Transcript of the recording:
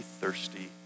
thirsty